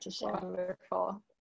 Wonderful